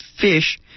fish